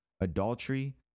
Adultery